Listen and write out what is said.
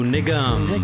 Nigam